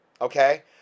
okay